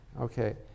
Okay